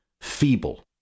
feeble